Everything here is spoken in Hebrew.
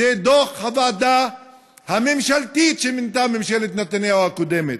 זה דוח הוועדה הממשלתית שמינתה ממשלת נתניהו הקודמת.